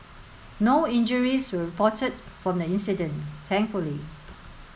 no injuries were reported from the incident thankfully